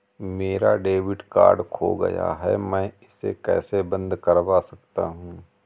मेरा debit card खो गया है मैं इसे कैसे बंद करवा सकता हूँ?